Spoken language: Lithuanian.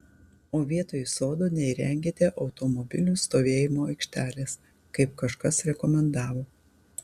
o vietoj sodo neįrengėte automobilių stovėjimo aikštelės kaip kažkas rekomendavo